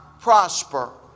prosper